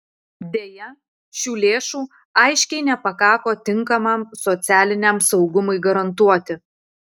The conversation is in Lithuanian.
deja šių lėšų aiškiai nepakako tinkamam socialiniam saugumui garantuoti